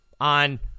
on